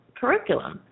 curriculum